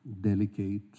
Delicate